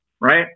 right